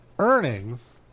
earnings